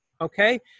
Okay